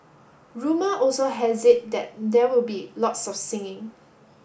rumour also has it that there will be lots of singing